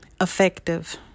effective